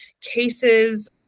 cases